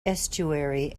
estuary